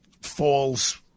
falls